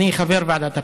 אני חבר ועדת הפנים.